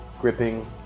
gripping